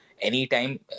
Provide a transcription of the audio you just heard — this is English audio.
anytime